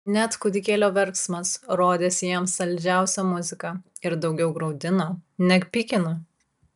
net kūdikėlio verksmas rodėsi jiems saldžiausia muzika ir daugiau graudino neg pykino